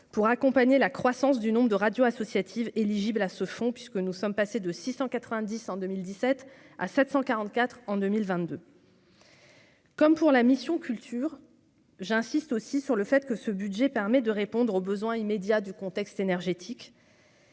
pour accompagner la croissance du nombre de radios associatives éligibles à ce fonds, puisque nous sommes passés de 690 en 2017 à 744 en 2022. Comme pour la mission culture. J'insiste aussi sur le fait que ce budget permet de répondre aux besoins immédiats du contexte énergétique.